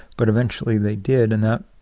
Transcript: but eventually they did. and that,